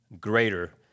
greater